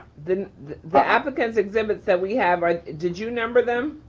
the the applicant's exhibits that we have, did you number them.